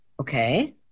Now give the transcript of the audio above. Okay